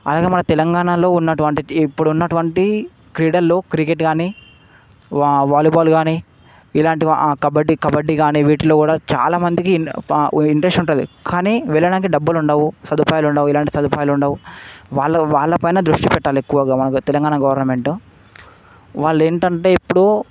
విధంగా మనకు తెలంగాణలో ఉన్నటువంటి ఇప్పుడున్నటువంటి క్రీడలలో క్రికెట్ కాని వా వాలీబాల్ కాని ఇలాంటివి కబడ్డి కబడ్డి కాని వీటిలో కూడా చాలా మందికి ఇంట్రస్ట్ ఉంటుంది కాని వెళ్ళడానికి డబ్బులుండవు సదుపాయాలుండవు ఎలాంటి సదుపాయాలుండవు వాళ్ళ వాళ్ళ పైన దృష్టి పెట్టాలి ఎక్కువగా మనకు తెలంగాణ గవర్నమెంటు వాళ్లేంటంటే ఇప్పుడూ